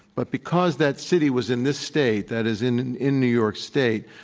but because that city was in this state, that is, in in new york state,